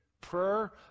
Prayer